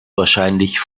wahrscheinlich